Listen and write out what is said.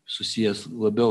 susijęs labiau